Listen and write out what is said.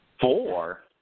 Four